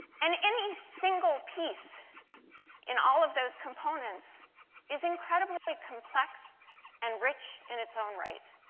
and any single piece in all of those components is incredibly like complex and rich in its own right.